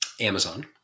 Amazon